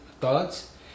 thoughts